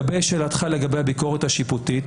לשאלתך לגבי הביקורת השיפוטית.